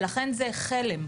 ולכן זה חלם.